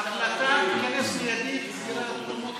ההחלטה תיכנס מיידית לסגירת מקומות חתונות,